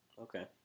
Okay